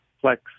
flex